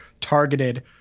targeted